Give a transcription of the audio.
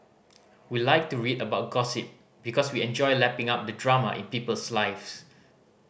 we like to read about gossip because we enjoy lapping up the drama in people's lives